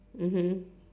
mmhmm